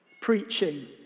preaching